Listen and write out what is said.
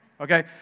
okay